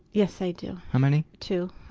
yes, i do. how many? two.